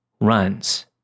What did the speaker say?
runs